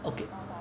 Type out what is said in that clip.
okay